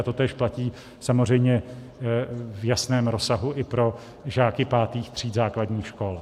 A totéž platí samozřejmě v jasném rozsahu i pro žáky pátých tříd základních škol.